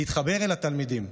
להתחבר אל התלמידים.